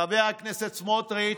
חבר הכנסת סמוטריץ'